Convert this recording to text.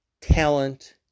talent